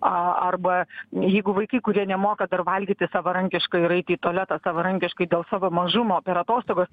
a arba jeigu vaikai kurie nemoka dar valgyti savarankiškai ir eiti į tualetą savarankiškai dėl savo mažumo per atostogas